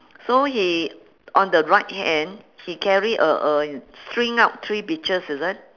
so he on the right hand he carry a a string up three peaches is it